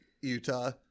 utah